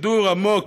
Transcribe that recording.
שידור עמוק,